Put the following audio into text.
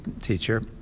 teacher